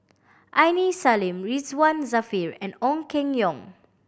Aini Salim Ridzwan Dzafir and Ong Keng Yong